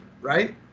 right